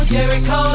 Jericho